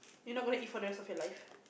you know gonna eat for those in your life